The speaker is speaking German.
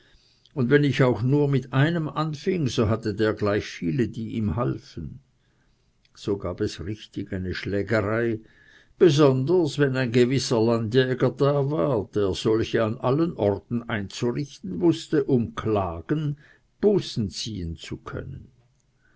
und wenn ich auch nur mit einem anfing so hatte der gleich viele die ihm halfen so gab es richtig eine schlägerei besonders wenn ein gewisser landjäger da war der solche an allen orten einzurichten wußte um klagen buße ziehen zu können